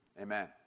Amen